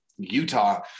Utah